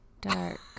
Dark